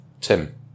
Tim